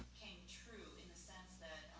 came true. in the sense that,